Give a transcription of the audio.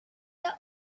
the